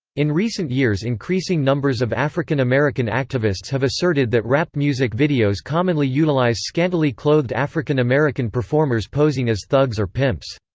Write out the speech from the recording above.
in recent years increasing numbers of african-american activists have asserted that rap music videos commonly utilize scantily clothed african-american performers posing as thugs or pimps.